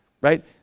right